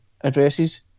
addresses